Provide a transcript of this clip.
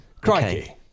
Crikey